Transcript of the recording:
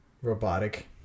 robotic